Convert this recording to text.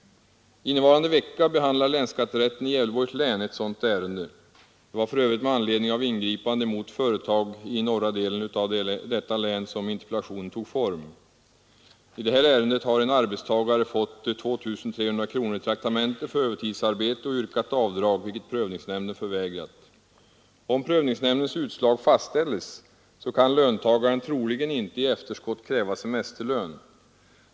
Innevarande vecka behandlar länsskatterätten i Gävleborgs län ett sådant ärende. Det var för övrigt med anledning av ett ingripande mot företag i norra delen av detta län som interpellationen tog form. I detta ärende har en arbetstagare fått 2 300 kronor i traktamente för övertidsarbete och yrkat avdrag, vilket prövningsnämnden förvägrat vederbörande. Om prövningsnämndens utslag fastställes kan löntagaren troligen inte i efterskott kräva semesterlön.